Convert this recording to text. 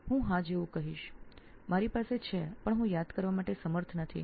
હું હા કહીશ મારી પાસે છે પણ હું યાદ કરવા માટે સમર્થ નથી